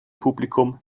publikum